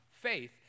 faith